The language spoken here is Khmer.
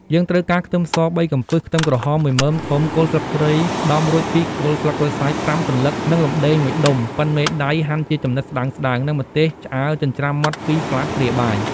យើងត្រូវការខ្ទឹមស ៣កំពឹស ខ្ទឹមក្រហម ១មើមធំ គល់ស្លឹកគ្រៃដំរួច ២ គល់ ស្លឹកក្រូចសើច ៥សន្លឹក និង រំដេង ១ដុំ ប៉ុនមេដៃហាន់ជាចំណិតស្ដើងៗ និងម្ទេសឆ្អើរចិញ្ច្រាំម៉ដ្ដ ២ស្លាបព្រាបាយ។